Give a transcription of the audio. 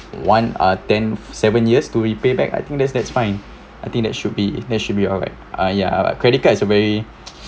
one ah ten seven years to re-payback I think that's that's fine I think that should be that should be alright uh yeah credit cards is a very